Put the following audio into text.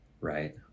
right